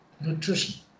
nutrition